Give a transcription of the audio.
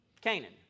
Canaan